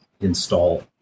install